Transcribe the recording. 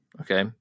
okay